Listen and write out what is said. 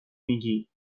میگی